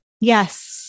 Yes